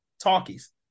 talkies